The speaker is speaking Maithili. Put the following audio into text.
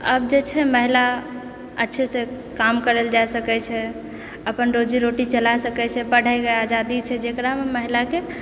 आब जे छै महिला अच्छे से काम करल जाइ सकैत छै अपन रोजीरोटी चला सकैत छै पढयमे आजादी छै जकरामे महिलाके